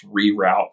reroute